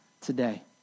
today